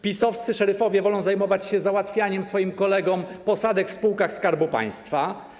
PiS-owscy szeryfowie wolą zajmować się załatwianiem swoim kolegom posadek w spółkach Skarbu Państwa.